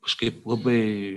kažkaip labai